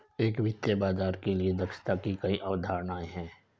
एक वित्तीय बाजार के लिए दक्षता की कई अवधारणाएं हैं